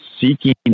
seeking